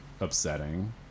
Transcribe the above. upsetting